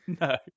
No